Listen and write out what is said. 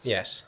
Yes